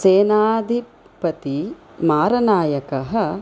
सेनादिपतिमारनायकः